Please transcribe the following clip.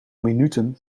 minuten